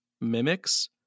mimics